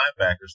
linebackers